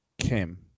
Kim